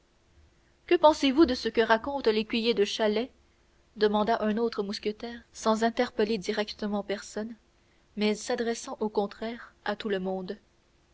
que pensez-vous de ce que raconte l'écuyer de chalais demanda un autre mousquetaire sans interpeller directement personne mais s'adressant au contraire à tout le monde